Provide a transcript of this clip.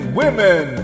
women